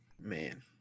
Man